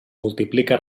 multiplica